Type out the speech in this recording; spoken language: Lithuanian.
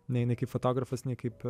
nei nei kaip fotografas nei kaip